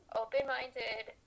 open-minded